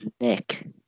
Nick